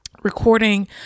recording